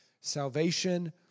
Salvation